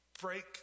Break